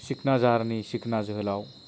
सिकनाझारनि सिकना जोहोलाव